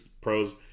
pros